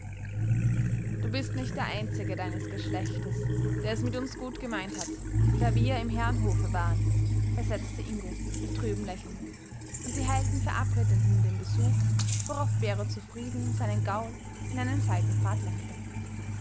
du bist nicht der einzige deines geschlechtes der es mit uns gut gemeint hat da wir im herrenhofe waren versetzte ingo mit trübem lächeln und die helden verabredeten den besuch worauf bero zufrieden seinen gaul in einen seitenpfad lenkte